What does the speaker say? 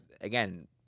again